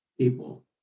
people